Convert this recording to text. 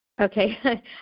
Okay